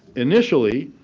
initially